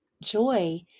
joy